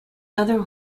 other